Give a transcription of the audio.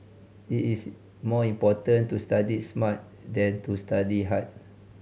it is more important to study smart than to study hard